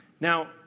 Now